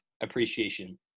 appreciation